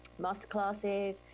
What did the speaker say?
masterclasses